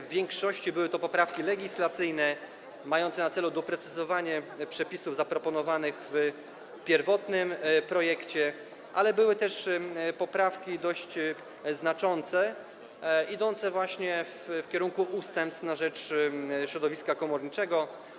W większości były to poprawki legislacyjne, mające na celu doprecyzowanie przepisów zaproponowanych w pierwotnym projekcie, ale były też poprawki dość znaczące, idące właśnie w kierunku ustępstw na rzecz środowiska komorniczego.